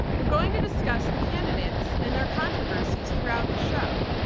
we're going to discuss the candidates and their controversies throughout the show,